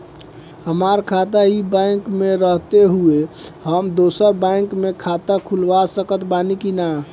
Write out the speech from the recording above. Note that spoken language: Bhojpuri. हमार खाता ई बैंक मे रहते हुये हम दोसर बैंक मे खाता खुलवा सकत बानी की ना?